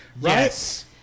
Yes